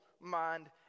mind